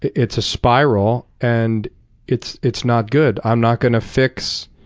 it's a spiral, and it's it's not good. i'm not going to fix